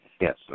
Yes